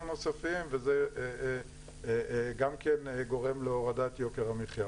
נוספים וזה גם כן גורם להורדת יוקר המחייה.